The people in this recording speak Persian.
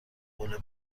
حوله